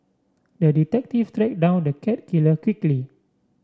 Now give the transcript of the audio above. the detective down the cat killer quickly